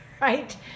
right